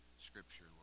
scripture